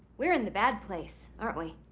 we're in the bad place, aren't we?